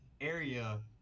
area